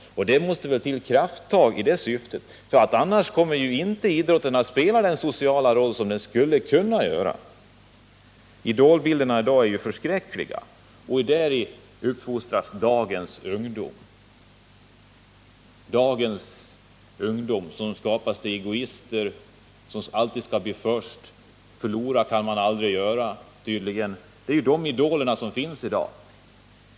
Här måste det till krafttag. Annars kommer inte idrotten att spela den sociala roll som den skulle kunna göra. Idolbilderna i dag är förskräckliga. Och efter den uppfostras dagens ungdom. De görs därmed till egoister som alltid skall bli först; förlora kan man tydligen aldrig göra. Det är sådana idoler som finns i dag.